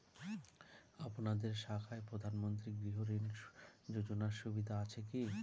আপনাদের শাখায় প্রধানমন্ত্রী গৃহ ঋণ যোজনার সুবিধা আছে কি?